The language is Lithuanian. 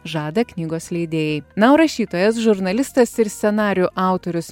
žada knygos leidėjai na o rašytojas žurnalistas ir scenarijų autorius